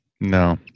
No